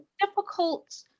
difficult